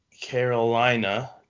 Carolina